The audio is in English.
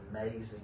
amazing